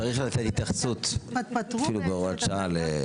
צריך את ההתייחסות בהוראת שעה.